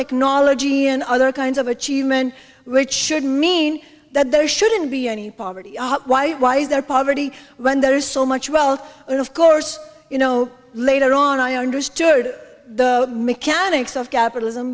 technology and other kinds of achievement which should mean that there shouldn't be any poverty why why is there poverty when there is so much wealth and of course you know later on i understood the mechanics of capitalism